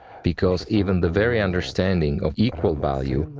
because even the very understanding of equal value,